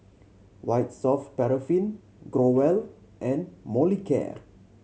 White Soft Paraffin Growell and Molicare